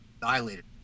dilated